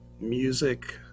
music